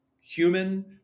human